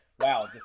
Wow